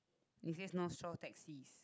it says no straw taxi